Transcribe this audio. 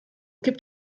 gibt